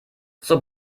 zur